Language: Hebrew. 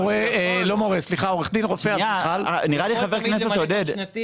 אדריכל --- חבר הכנסת עודד,